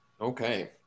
Okay